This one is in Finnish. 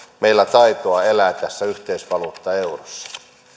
meillä taitoa elää tässä yhteisvaluutta eurossa